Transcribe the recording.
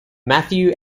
matthew